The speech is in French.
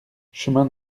chemin